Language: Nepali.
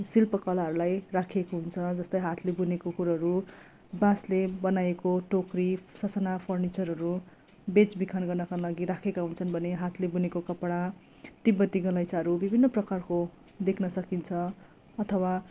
शिल्पकलाहरूलाई राखेको हुन्छ जस्तै हाथले बुनेको कुरोहरू बाँसले बनाएको टोकरी ससाना फर्निचरहरू बेचबिखन गर्नका लागि राखेका हुन्छन् भने हातले बुनेको कपडा तिब्बती गलैँचाहरू विभिन्न प्रकारको देख्न सकिन्छ अथवा